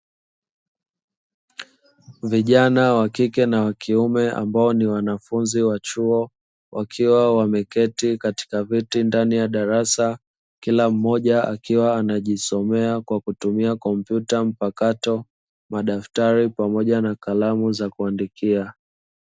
Vijana wakike na wakiume, ambao ni wanafunzi wa chuo, wakiwa wameketi katika viti ndani ya darasa, kila mmoja akiwa anajisomea kwa kutumia kompyuta mpakato, madaftari pamoja na kalamu za kuandikia.